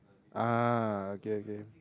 ah okay okay